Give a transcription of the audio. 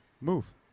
move